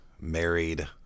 married